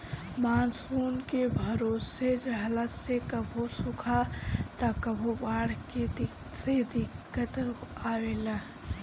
monsoon के भरोसे रहला से कभो सुखा त कभो बाढ़ से दिक्कत आवेला